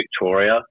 Victoria